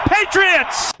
Patriots